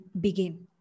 begin